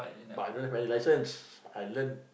but I don't have any license I learn